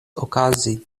okazi